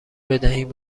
بدهید